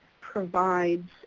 provides